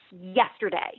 yesterday